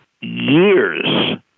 years